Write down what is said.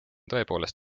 tõepoolest